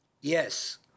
Yes